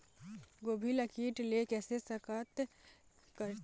गोभी ल कीट ले कैसे सइत करथे?